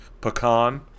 pecan